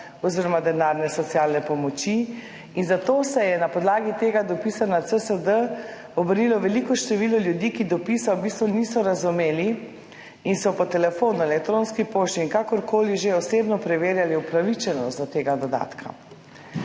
oziroma denarne socialne pomoči. Zato se je na podlagi tega dopisa na CSD obrnilo veliko število ljudi, ki dopisa v bistvu niso razumeli in so po telefonu ali elektronski pošti in kakorkoli že osebno preverjali upravičenost do tega dodatka.